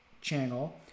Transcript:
channel